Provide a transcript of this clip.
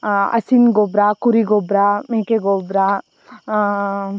ಹಸುವಿನ್ ಗೊಬ್ಬರ ಕುರಿ ಗೊಬ್ಬರ ಮೇಕೆ ಗೊಬ್ಬರ